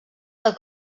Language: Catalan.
del